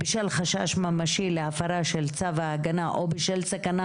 בשל חשש ממשי להפרה של צו ההגנה או בשל סכנה